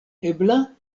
ebla